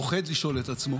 פוחד לשאול את עצמו.